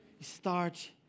start